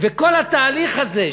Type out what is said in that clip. וכל התהליך הזה,